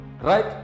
Right